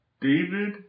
David